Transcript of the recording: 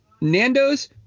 nando's